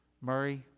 Murray